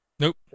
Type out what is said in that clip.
Nope